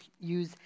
use